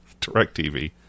DirecTV